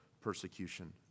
persecution